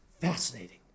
Fascinating